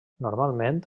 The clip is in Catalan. normalment